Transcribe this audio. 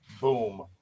boom